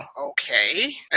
okay